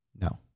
No